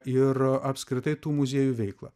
ir apskritai tų muziejų veiklą